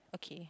okay